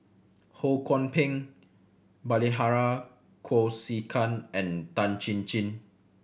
Ho Kwon Ping Bilahari Kausikan and Tan Chin Chin